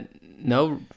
No